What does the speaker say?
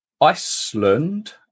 Iceland